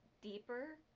deeper